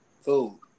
food